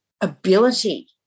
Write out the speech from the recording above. ability